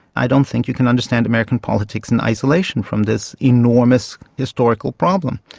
i don't think you can understand american politics in isolation from this enormous historical problem,